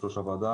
אדוני היושב-ראש.